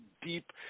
deep